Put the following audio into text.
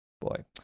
Boy